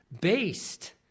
based